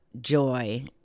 joy